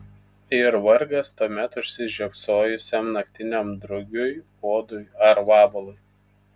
ir vargas tuomet užsižiopsojusiam naktiniam drugiui uodui ar vabalui